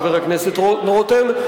חבר הכנסת רותם.